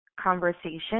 conversation